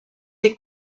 des